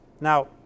Now